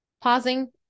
pausing